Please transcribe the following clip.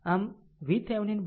આમ તે તે અહિયાં છે